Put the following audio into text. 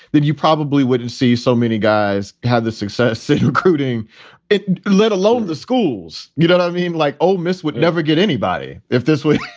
then you probably wouldn't see so many guys had the success recruiting it, let alone the schools. you don't i mean, like ole miss would never get anybody if this was